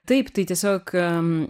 taip tai tiesiog